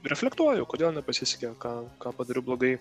reflektuoju kodėl nepasisekė ką ką padariau blogai